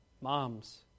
moms